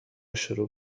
شروع